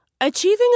Achieving